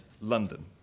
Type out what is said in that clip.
London